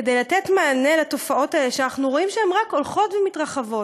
כדי לתת מענה לתופעות האלה שאנחנו רואים שהן רק הולכות ומתרחבות?